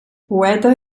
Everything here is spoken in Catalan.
poeta